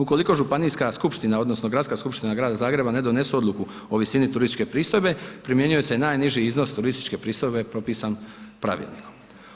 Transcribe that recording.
Ukoliko županijska skupština odnosno Gradska skupština Grada Zagreba ne donesu odluku o visini turističke pristojbe primjenjuje se najniži iznos turističke pristojbe propisan pravilnikom.